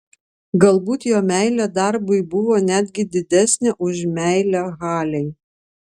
galbūt jo meilė darbui buvo netgi didesnė už meilę halei